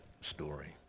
story